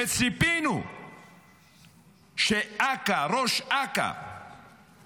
וציפינו שאכ"א, ראש אכ"א